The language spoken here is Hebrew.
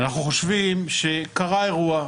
אנחנו חושבים שקרה אירוע,